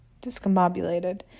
discombobulated